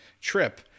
trip